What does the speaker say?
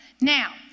Now